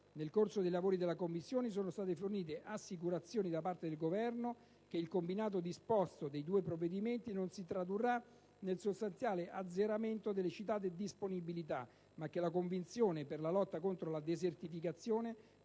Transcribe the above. Nel corso dei lavori della Commissione sono state fornite assicurazioni da parte del Governo che il combinato disposto dei due provvedimenti non si tradurrà nel sostanziale azzeramento delle citate disponibilità, ma che la Convenzione per la lotta contro la desertificazione